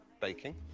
baking